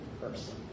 person